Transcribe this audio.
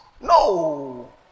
No